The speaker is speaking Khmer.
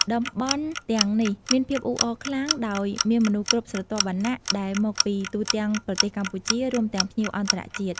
តំបន់ទាំងនេះមានភាពអ៊ូអរខ្លាំងដោយមានមនុស្សគ្រប់ស្រទាប់វណ្ណៈ ដែលមកពីទូទាំងប្រទេសកម្ពុជា រួមទាំងភ្ញៀវអន្តរជាតិ។